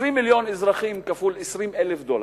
20 מיליון אזרחים כפול 20,000 דולר,